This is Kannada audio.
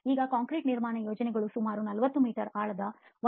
ಈಗ ಕಾಂಕ್ರೀಟ್ ನಿರ್ಮಾಣ ಯೋಜನೆಗಳು ಸುಮಾರು 40 ಮೀಟರ್ ಆಳದ 1